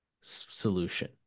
solution